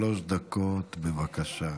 שלוש דקות, בבקשה.